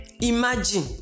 Imagine